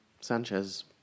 Sanchez